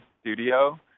studio